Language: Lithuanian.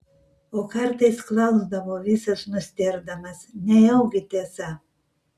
o kartais klausdavo visas nustėrdamas nejaugi tiesa